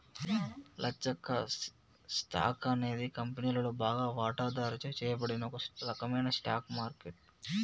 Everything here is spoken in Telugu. లచ్చక్క, స్టాక్ అనేది కంపెనీలోని బాగా వాటాదారుచే చేయబడిన ఒక రకమైన స్టాక్